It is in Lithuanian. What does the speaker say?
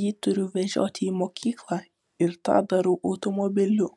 jį turiu vežioti į mokyklą ir tą darau automobiliu